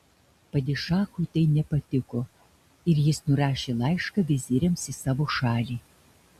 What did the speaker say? padišachui tai nepatiko ir jis nurašė laišką viziriams į savo šalį